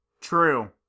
True